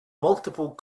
multiple